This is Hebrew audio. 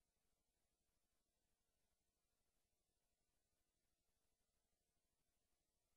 אנחנו עוברים לנושא הבא, איזה ניצחון, וואו.